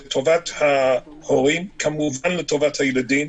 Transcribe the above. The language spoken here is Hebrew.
לטובת ההורים, כמובן לטובת הילדים.